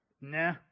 nah